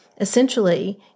Essentially